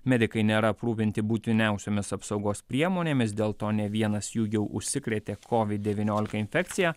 medikai nėra aprūpinti būtiniausiomis apsaugos priemonėmis dėl to ne vienas jų jau užsikrėtė covid devyniolika infekcija